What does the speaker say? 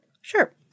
Sure